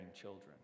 children